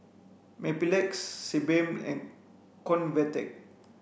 Mepilex Sebamed and Convatec